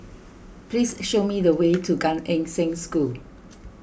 please show me the way to Gan Eng Seng School